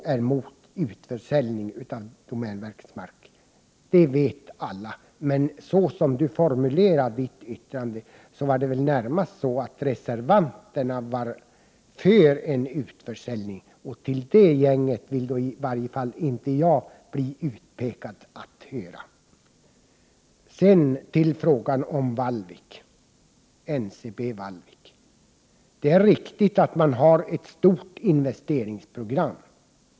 Vpk är, som alla vet, emot utförsäljning av domänverkets mark, men som Leif Marklund formulerar sig får man intrycket att reservanterna närmast är för en sådan utförsäljning. Till det gänget vill i varje fall inte jag räknas. Vad gäller Ncb Vallvik är det riktigt att man där har ett stort investeringsprogram.